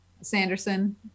sanderson